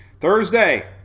Thursday